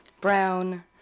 Brown